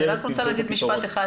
אני רק רוצה להגיד משפט אחד,